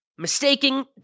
Mistaking